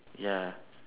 ya